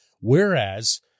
Whereas